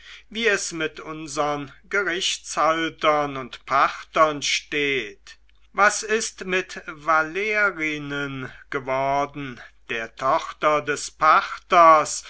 wie es mit unsern gerichtshaltern und pachtern steht was ist mit valerinen geworden der tochter des pachters